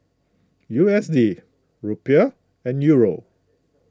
U S D Rupiah and Euro